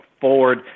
forward